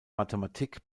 mathematik